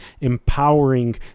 empowering